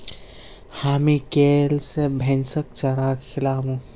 हामी कैल स भैंसक चारा खिलामू